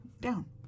down